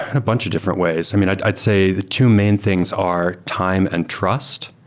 a bunch of different ways. i mean, i'd i'd say the two main things are time and trust.